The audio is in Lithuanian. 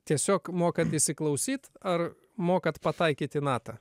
tiesiog mokat įsiklausyt ar mokat pataikyt į natą